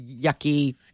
yucky